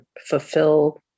fulfill